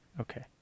Okay